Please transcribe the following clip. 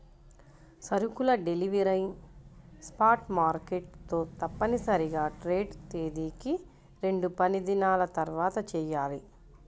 సరుకుల delivery spot market తో తప్పనిసరిగా ట్రేడ్ తేదీకి రెండుపనిదినాల తర్వాతచెయ్యాలి